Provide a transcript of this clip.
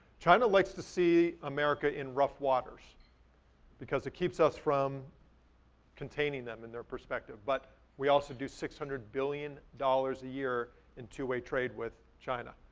china likes to see america in rough waters because it keeps us from containing them in their perspective, but we also do six hundred billion dollars a year in two-way trade with china.